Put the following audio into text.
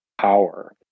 power